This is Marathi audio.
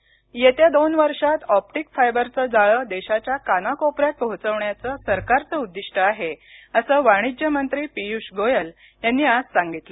पियष गोयल येत्या दोन वर्षात ऑप्टिक फायबरचं जाळं देशाच्या कानाकोपऱ्यात पोहचवण्याचं सरकारचं उद्दिष्ट आहे असं वाणिज्यमंत्री पियुष गोयल यांनी आज सांगितलं